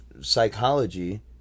psychology